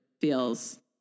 feels